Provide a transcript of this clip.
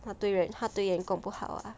他对人他对员工不好 ah